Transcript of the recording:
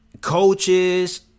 coaches